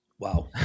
Wow